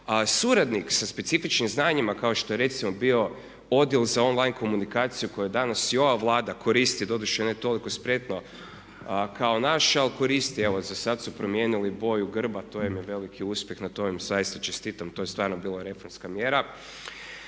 suradnik sa specifičnim znanjima kao što je recimo bio odjel za online komunikaciju koju danas i ova Vlada koristi doduše ne toliko spretno kao naša ali koristi, evo za sad su promijenili boju grba, to vam je veliki uspjeh, na tome vam zaista čestitam. To je stvarno bila reforma mjera,